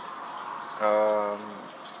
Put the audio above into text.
um